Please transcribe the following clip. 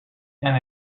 and